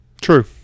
True